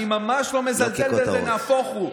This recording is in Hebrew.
אני ממש לא מזלזל, נהפוך הוא.